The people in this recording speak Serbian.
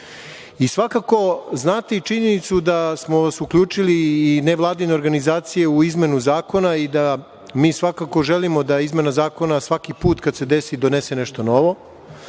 uradila. Svakako, znate i činjenicu da smo vas uključili i nevladine organizacije u izmenu zakona i da mi svakako želimo da izmena zakona svaki put kad se desi donese nešto novo,